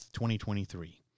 2023